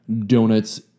donuts